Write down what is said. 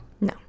no